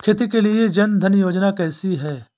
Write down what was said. खेती के लिए जन धन योजना कैसी है?